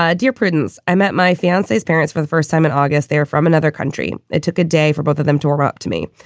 ah dear prudence, i met my fiance's parents for the first time in august. they're from another country. it took a day for both of them to warm up to me,